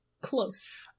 Close